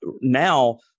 now